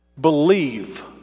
believe